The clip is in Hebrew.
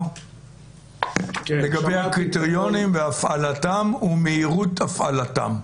לגבי הקריטריונים והפעלתם ומהירות הפעלתם,